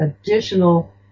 additional